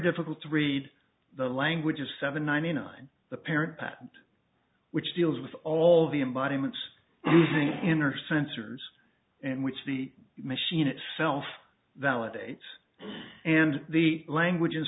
difficult to read the language of seven ninety nine the parapet which deals with all the embodiments inner sensors and which the machine itself validates and the language